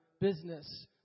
business